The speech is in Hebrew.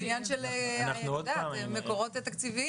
זה עניין של המקורות התקציביים.